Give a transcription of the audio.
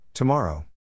Tomorrow